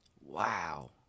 Wow